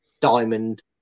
diamond